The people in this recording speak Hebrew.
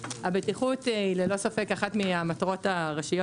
הבטיחות היא ללא ספק אחת מהמטרות הראשויות